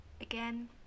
again